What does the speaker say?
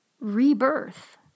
rebirth